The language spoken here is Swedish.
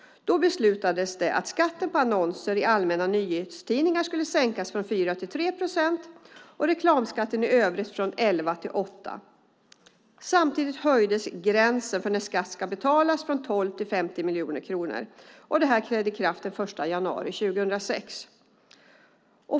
Då beslutades att skatten på annonser i allmänna nyhetstidningar skulle sänkas från 4 procent till 3 procent, och reklamskatten i övrigt skulle sänkas från 11 procent till 8 procent. Samtidigt höjdes gränsen för när skatt ska betalas från 12 miljoner kronor till 50 miljoner kronor. Detta trädde i kraft den 1 januari 2006.